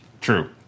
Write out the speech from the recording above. True